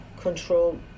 control